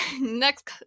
Next